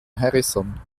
harrison